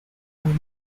pool